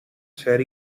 ser